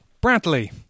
Bradley